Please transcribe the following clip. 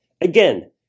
Again